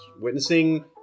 witnessing